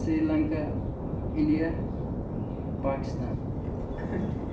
Sri Lanka India Pakistan